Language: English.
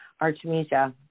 Artemisia